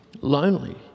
lonely